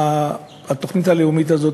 התוכנית הלאומית הזאת.